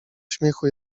śmiechu